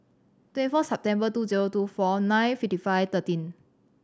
twenty four September two zero two four nine fifty five thirteen